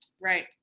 Right